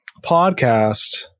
podcast